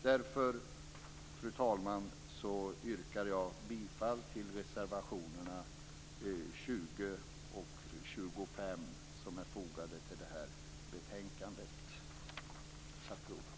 Därför, fru talman, yrkar jag bifall till reservationerna 20 och 25 som är fogade till detta betänkande. Tack för ordet!